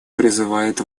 призывает